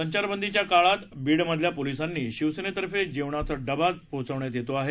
संचारबंदीच्या काळात बीडमधल्या पोलिसांना शिवसेनेतर्फे जेवणाचा डबा पोहोचवण्यात येतो आहे